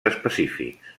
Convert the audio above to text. específics